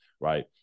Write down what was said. Right